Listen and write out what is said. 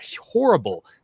horrible